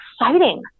exciting